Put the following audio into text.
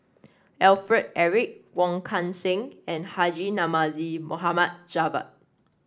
Alfred Eric Wong Kan Seng and Haji Namazie Mohd Javad